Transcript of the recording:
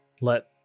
let